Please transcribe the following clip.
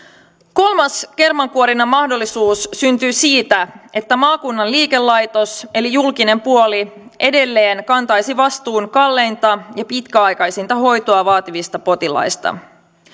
kolmas kermankuorinnan mahdollisuus syntyy siitä että maakunnan liikelaitos eli julkinen puoli edelleen kantaisi vastuun kalleinta ja pitkäaikaisinta hoitoa vaativista potilaista